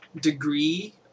degree